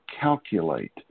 calculate